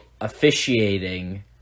officiating